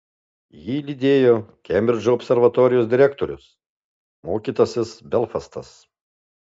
jį lydėjo kembridžo observatorijos direktorius mokytasis belfastas